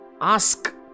Ask